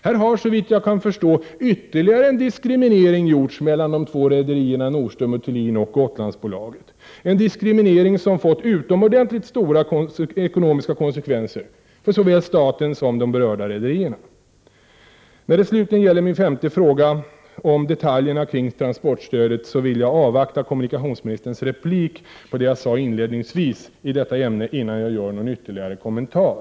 Här har såvitt jag kan förstå ytterligare en diskriminering gjorts mellan de två rederierna Nordström & Thulin och Gotlandsbolaget, en diskriminering som fått utomordentligt stora ekonomiska konsekvenser för såväl staten som de berörda rederierna. När det slutligen gäller min femte fråga om detaljerna kring transportstödet vill jag avvakta kommunikationsministerns replik på det jag sade inledningsvis i detta ämne innan jag gör någon ytterligare kommentar.